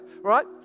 Right